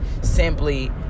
simply